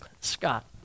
Scott